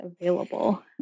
available